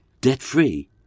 debt-free